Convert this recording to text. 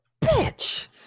bitch